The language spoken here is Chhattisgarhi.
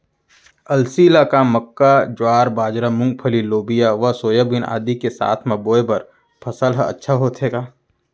अलसी ल का मक्का, ज्वार, बाजरा, मूंगफली, लोबिया व सोयाबीन आदि के साथ म बोये बर सफल ह अच्छा होथे का?